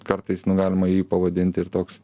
kartais nu galima jį pavadinti ir toks